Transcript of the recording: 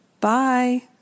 Bye